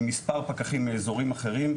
עם מספר פקחים מאזורים אחרים,